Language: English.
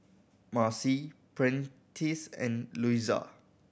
Marcy Prentice and Luisa